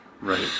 Right